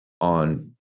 on